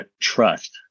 trust